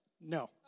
No